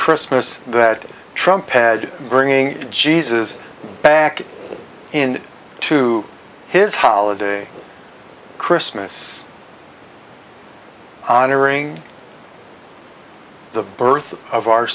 christmas that trump pad bringing jesus back in to his holiday christmas honoring the birth of our